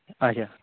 اَچھا